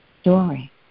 story